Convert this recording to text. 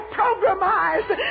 programized